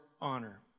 honor